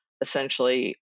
essentially